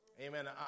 Amen